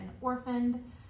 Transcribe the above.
orphaned